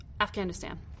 Afghanistan